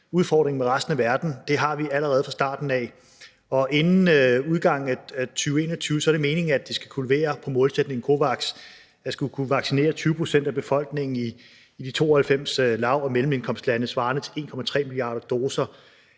udfordringen med resten af verden; det har vi allerede fra starten af. Og inden udgangen af 2021 er det meningen, at COVAX skal kunne levere på målsætningen om at kunne vaccinere 20 pct. af befolkningen i de 92 lav- og mellemindkomstlande svarende til 1,3 milliarder doser.